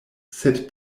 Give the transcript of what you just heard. sed